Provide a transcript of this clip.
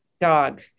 Dog